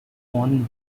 born